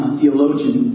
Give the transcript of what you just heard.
theologian